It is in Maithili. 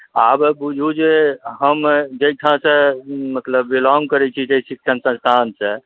आब बुझु जे हम जाहिठामसँ मतलब बिलोङ्ग करैत छी जाहि शिक्षण संस्थानसँ